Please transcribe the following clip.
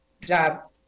job